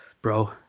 bro